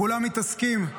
כולם מתעסקים,